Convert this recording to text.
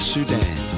Sudan